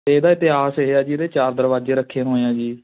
ਇਹਦਾ ਇਤਿਹਾਸ ਇਹ ਆ ਜੀ ਇਹਦੇ ਚਾਰ ਦਰਵਾਜੇ ਰੱਖੇ ਹੋਏ ਆ ਜੀ